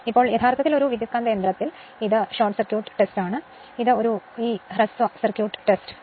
ഇപ്പോൾ യഥാർത്ഥത്തിൽ ഒരു ട്രാൻസ്ഫോമറിൽ ഹ്രസ്വ പരിവാഹ പരീക്ഷ ആണ്